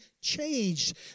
changed